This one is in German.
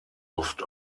oft